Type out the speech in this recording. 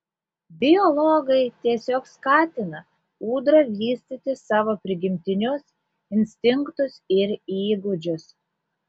biologai tiesiog skatina ūdra vystyti savo prigimtinius instinktus ir įgūdžius